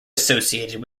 associated